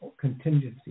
contingency